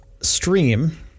stream